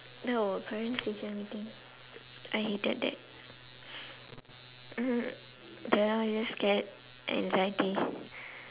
no parents teacher meeting I hated that uh kind of just scared anxiety